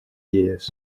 years